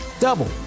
Double